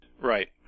Right